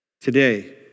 today